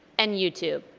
and youtube.